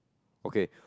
okay